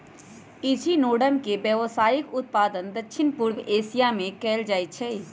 echinoderm के व्यावसायिक उत्पादन दक्षिण पूर्व एशिया में कएल जाइ छइ